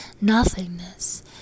nothingness